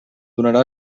donarà